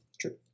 True